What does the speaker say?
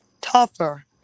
tougher